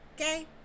Okay